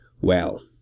Well